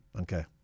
Okay